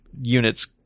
units